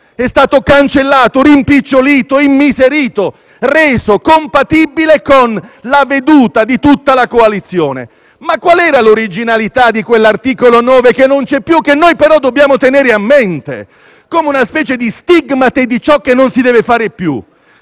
tolto, cancellato, rimpicciolito, immiserito, reso compatibile con la veduta di tutta la coalizione. Ma qual era l'originalità di quell'articolo 9, che non c'è più, ma che noi dobbiamo tenere a mente, come una stigmate di ciò che non si deve fare più?